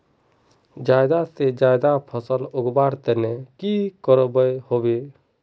ज्यादा से ज्यादा फसल उगवार तने की की करबय होबे?